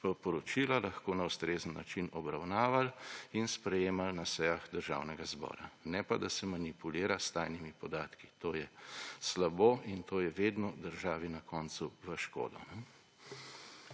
lahko na ustrezen način obravnavali in sprejemali na sejah Državnega zbora. Ne pa da se manipulira s tajnimi podatki. To je slabo in to je vedno državi na koncu v škodo.